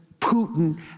Putin